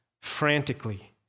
frantically